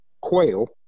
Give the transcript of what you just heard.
quail